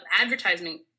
advertising